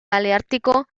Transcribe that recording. paleártico